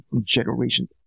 generation